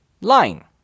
lying